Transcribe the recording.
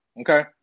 okay